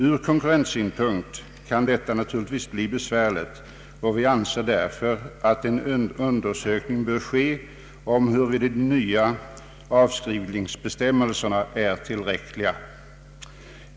Från konkurrenssynpunkt kan detta bli besvärligt, och vi anser därför att en undersökning bör ske om de nya avskrivningsbestämmelserna är tillräckliga.